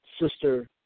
Sister